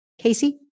Casey